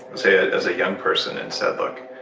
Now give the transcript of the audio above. say ah as a young person, and said, look,